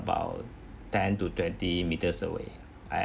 about ten to twenty metres away I